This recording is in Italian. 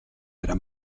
era